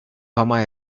fama